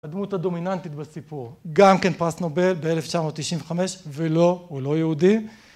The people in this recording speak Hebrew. הדמות הדומיננטית בסיפור, גם כן פרס נובל ב-1995, ולא, הוא לא יהודי.